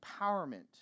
empowerment